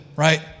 Right